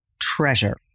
treasure